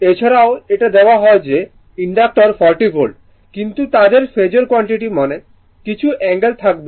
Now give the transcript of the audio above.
এছাড়াও এটা দেওয়া হয় যে ইনডাক্টর 40 ভোল্ট কিন্তু তাদের ফেজোর কোয়ান্টিটি মানে কিছু অ্যাঙ্গেল থাকতে হবে